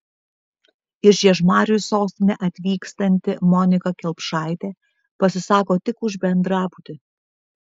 iš žiežmarių į sostinę atvykstanti monika kelpšaitė pasisako tik už bendrabutį